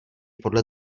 podle